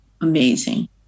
amazing